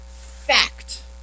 Fact